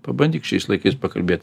pabandyk šiais laikais pakalbėt